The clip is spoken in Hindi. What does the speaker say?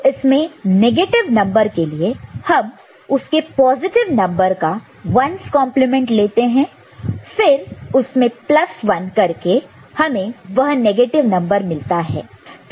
तो इसमें नेगेटिव नंबर के लिए हम उसके पॉजिटिव नंबर का 1's कंप्लीमेंट 1's complement लेते हैं फिर उसमें प्लस 1 करके हमें वह नेगेटिव नंबर मिलता है